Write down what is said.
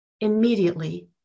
immediately